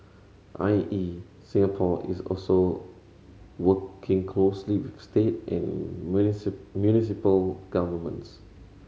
I E Singapore is also working closely with state and municipal governments